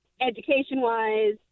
education-wise